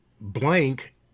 blank